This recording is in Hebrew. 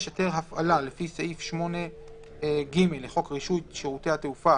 (6)היתר הפעלה לפי סעיף 8ג לחוק רישוי שירותי התעופה,